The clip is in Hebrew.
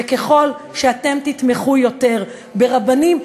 וככל שאתם תתמכו יותר ברבנים,